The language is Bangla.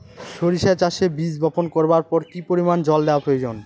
সরিষা চাষে বীজ বপন করবার পর কি পরিমাণ জল দেওয়া প্রয়োজন?